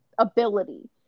ability